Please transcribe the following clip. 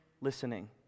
listening